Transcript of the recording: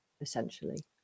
essentially